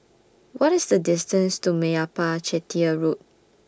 What IS The distance to Meyappa Chettiar Road